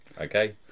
Okay